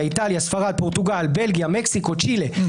איפה ראית חילוקי דעות בקואליציה הזאת,